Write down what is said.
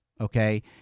Okay